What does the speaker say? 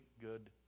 good